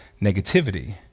negativity